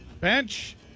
bench